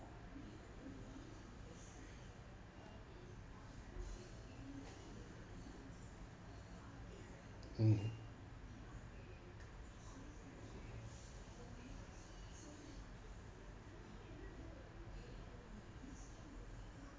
mm